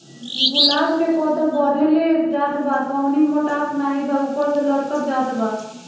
गुलाब क पौधा बढ़ले जात बा टहनी मोटात नाहीं बा ऊपर से लटक जात बा?